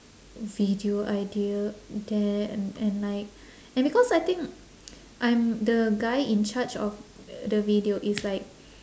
video idea there and and like and because I think I'm the guy in charge of the video is like